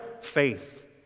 Faith